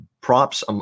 props